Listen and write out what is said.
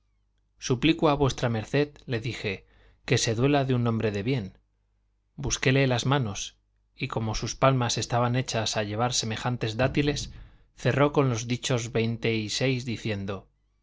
suplico a v md le dije que se duela de un hombre de bien busquéle las manos y como sus palmas estaban hechas a llevar semejantes dátiles cerró con los dichos veinte y seis diciendo